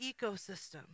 ecosystem